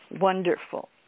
Wonderful